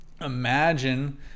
imagine